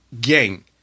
Gang